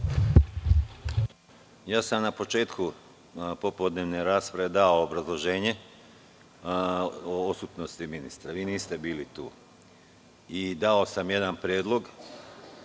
Na početku popodnevne rasprave sam dao obrazloženje o odsutnosti ministra. Vi niste bili tu. Dao sam i jedan predlog,